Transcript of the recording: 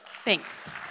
Thanks